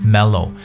Mellow